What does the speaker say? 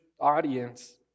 audience